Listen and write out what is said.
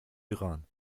iran